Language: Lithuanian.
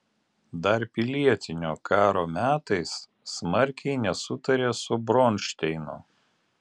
dar pilietinio karo metais smarkiai nesutarė su bronšteinu